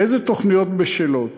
אילו תוכניות בשלות,